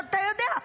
אתה יודע,